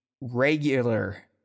regular